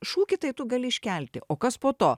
šūkį tai tu gali iškelti o kas po to